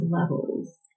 levels